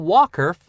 Walker